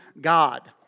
God